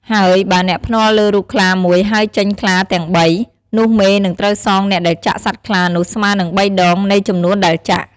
ហើយបើអ្នកភ្នាល់លើរូបខ្លាមួយហើយចេញខ្លាទាំងបី នោះមេនឹងត្រូវសងអ្នកដែលចាក់សត្វខ្លានោះស្មើនឹង ៣ដង នៃចំនួនដែលចាក់។